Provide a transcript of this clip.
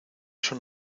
son